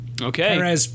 Okay